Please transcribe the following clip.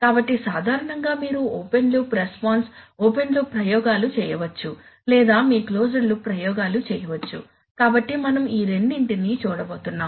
కాబట్టి సాధారణంగా మీరు open loop response open loop ప్రయోగాలు చేయవచ్చు లేదా మీరు క్లోజ్డ్ లూప్ ప్రయోగాలు చేయవచ్చు కాబట్టి మనం ఈ రెండింటిని చూడబోతున్నాం